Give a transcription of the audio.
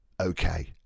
okay